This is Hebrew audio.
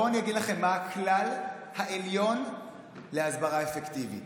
בואו אני אגיד לכם מה הכלל העליון בהסברה אפקטיבית: